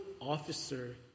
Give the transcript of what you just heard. officer